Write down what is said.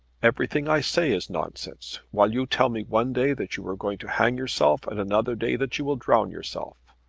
everything i say is nonsense while you tell me one day that you are going to hang yourself, and another day that you will drown yourself.